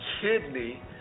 kidney